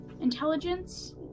intelligence